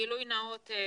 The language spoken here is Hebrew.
גילוי נאות,